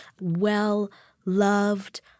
Well-loved